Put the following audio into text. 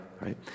right